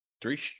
three